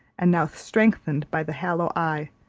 and now strengthened by the hollow eye,